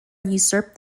usurped